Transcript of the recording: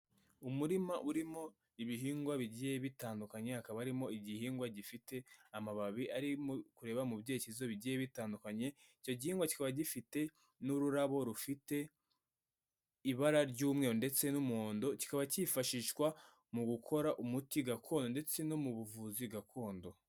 Umurima urimo ibihingwa bigiye bitandukanye, hakaba harimo igihingwa gifite amababi arimo kureba mu byereke bigiye bitandukanye, icyo gihingwa kikaba gifite n'ururabo rufite ibara ry'umweru ndetse n'umuhondo, kikaba kifashishwa mu gukora umuti gakondo ndetse no mu buvuzi gakondo.